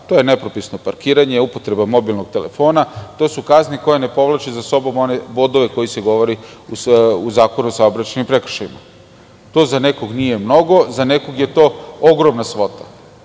To je nepropisno parkiranje, upotreba mobilnog telefona, to su kazne koje ne povlače za sobom one bodove, za koje se govori u Zakonu o saobraćajnim prekršajima. To za nekog nije mnogo. Za nekog je to ogromna svota.